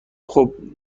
خوب